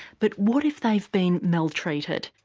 but what if they've been maltreated?